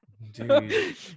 Dude